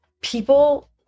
People